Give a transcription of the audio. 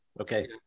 okay